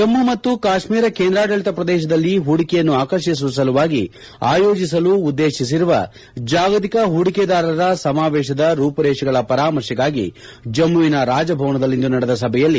ಜಮ್ಮು ಮತ್ತು ಕಾಶ್ಮೀರ ಕೇಂದ್ರಾಡಳಿತ ಪ್ರದೇಶದಲ್ಲಿ ಹೂಡಿಕೆಯನ್ನು ಆಕರ್ಷಿಸುವ ಸಲುವಾಗಿ ಆಯೋಜಿಸಲು ಉದ್ದೇಶಿಸಿರುವ ಜಾಗತಿಕ ಹೂಡಿಕೆದಾರರ ಸಮಾವೇಶದ ರೂಪುರೇಶೆಗಳ ಪರಾಮರ್ಶೆಗಾಗಿ ಜಮ್ಮುವಿನ ರಾಜಭವನದಲ್ಲಿಂದು ನಡೆದ ಸಭೆಯಲ್ಲಿ